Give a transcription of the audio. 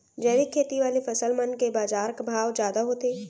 जैविक खेती वाले फसल मन के बाजार भाव जादा होथे